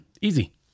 Easy